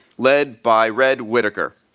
led by red whittaker,